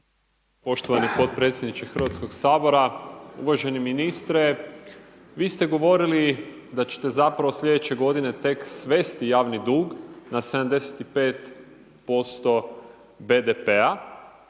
Poštovani podpredsjedniče Hrvatskog sabora, uvaženi ministre vi ste govorili da ćete zapravo slijedeće godine tek svesti javni dug na 75% BDP-a,